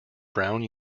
brown